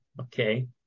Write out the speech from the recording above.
Okay